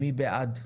מי בעד?